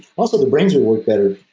also their brains would work better.